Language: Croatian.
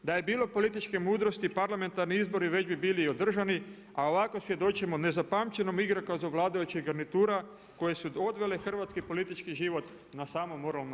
Da je bilo političke mudrosti parlamentarni izbori već bi bili održani, a ovako svjedočimo nezapamćenom igrokazu vladajućih garnitura koje su odvele hrvatski politički život na samo moralno dno.